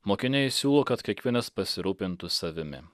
mokiniai siūlo kad kiekvienas pasirūpintų savimi